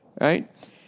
Right